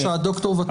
בבקשה, דוקטור וטורי.